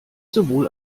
sowohl